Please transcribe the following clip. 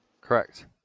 Correct